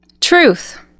Truth